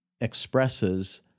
expresses